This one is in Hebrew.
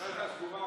לא הייתה סגורה,